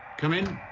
come in.